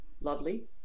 Lovely